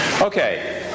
Okay